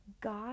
God